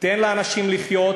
תן לאנשים לחיות.